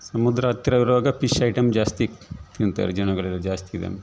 ಸಮುದ್ರ ಹತ್ತಿರವಿರುವಾಗ fish item ಜಾಸ್ತಿ ತಿಂತಾರೆ ಜನಗಳೆಲ್ಲ ಜಾಸ್ತಿ ಇದೆ